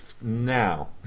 Now